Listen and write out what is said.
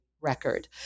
record